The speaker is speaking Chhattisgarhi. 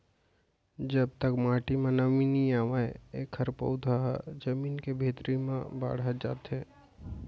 जब तक माटी म नमी नइ आवय एखर पउधा ह जमीन के भीतरी म बाड़हत जाथे